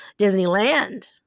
Disneyland